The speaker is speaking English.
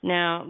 Now